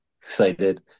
excited